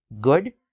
good